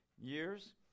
years